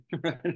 right